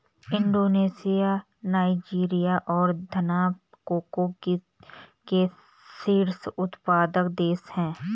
Indonesia Nigeria और Ghana cocoa के शीर्ष उत्पादक देश हैं